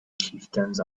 chieftains